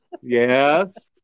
Yes